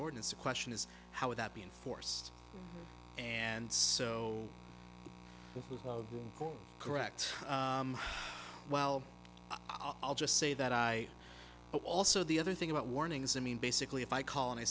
ordinance a question is how would that be enforced and so correct well i'll just say that i but also the other thing about warnings that mean basically if i call and i